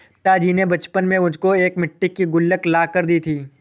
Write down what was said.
पिताजी ने बचपन में मुझको एक मिट्टी की गुल्लक ला कर दी थी